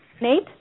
Nate